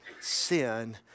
sin